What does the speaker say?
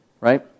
Right